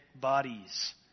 bodies